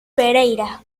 pereira